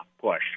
push